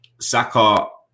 Saka